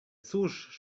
cóż